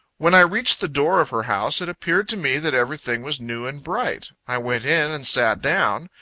when i reached the door of her house, it appeared to me that everything was new and bright. i went in, and sat down.